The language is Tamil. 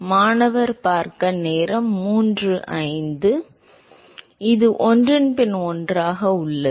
மாணவர் இது ஒன்றன் பின் ஒன்றாக உள்ளது